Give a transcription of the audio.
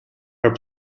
her